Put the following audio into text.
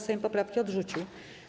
Sejm poprawki odrzucił.